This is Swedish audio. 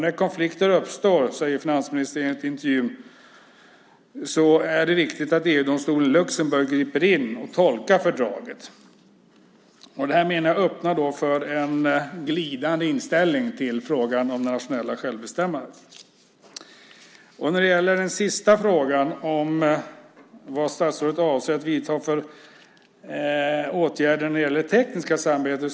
När konflikter uppstår, säger finansministern enligt intervjun, är det viktigt att EU:s domstol i Luxemburg griper in och tolkar fördraget. Detta menar jag öppnar för en glidande inställning till frågan om det nationella självbestämmandet. Statsrådet har inte svarat på frågan om vad statsrådet avser att vidta för åtgärder när det gäller det tekniska samarbetet.